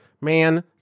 Man